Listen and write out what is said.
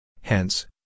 Hence